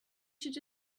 should